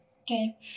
Okay